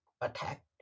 attacked